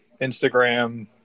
Instagram